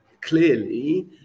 clearly